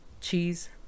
cheese